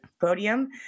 podium